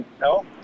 No